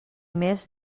més